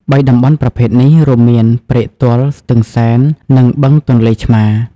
៣ តំបន់ប្រភេទនេះ រួមមាន ព្រែកទាល់ ស្ទឹងសែន និងបឹងទន្លេឆ្មារ។